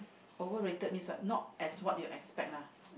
overrated means what not as what you expect lah